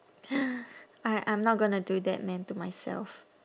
I I'm not gonna do that man to myself